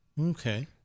Okay